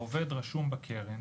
העובד רשום בקרן,